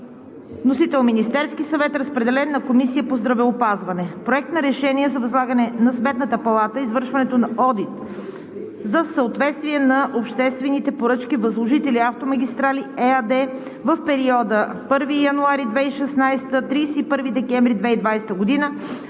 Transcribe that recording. Вносител – Министерският съвет. Разпределен е на Комисията по здравеопазване. Проект на решение за възлагане на Сметната палата извършването на одит за съответствие на обществените поръчки, възложени на „Автомагистрали“ ЕАД в периода 1 януари 2016 г. – 31 декември 2020 г.